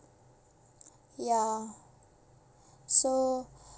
ya so